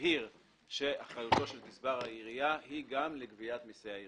מבהיר שאחריותו של גזבר העירייה היא גם לגביית מיסי העירייה.